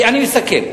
אני מסכם.